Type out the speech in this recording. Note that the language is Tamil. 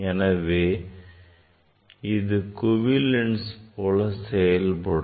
எனவே இது குவி லென்ஸ் போல செயல்படும்